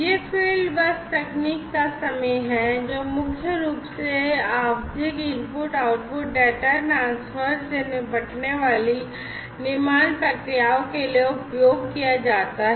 यह fieldbus तकनीक का समय है जो मुख्य रूप से आवधिक इनपुट आउटपुट डेटा ट्रांसफर से निपटने वाली निर्माण प्रक्रियाओं के लिए उपयोग किया जाता है